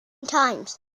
times